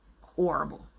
horrible